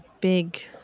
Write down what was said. big